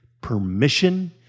Permission